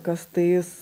kas tais